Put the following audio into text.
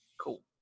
Cool